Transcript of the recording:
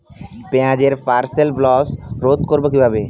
পেঁয়াজের purple blotch রোধ করবো কিভাবে?